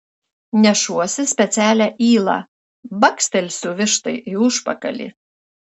nešuosi specialią ylą bakstelsiu vištai į užpakalį